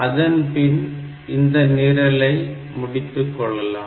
அதன்பின் இந்த நிரலை முடித்துக் கொள்ளலாம்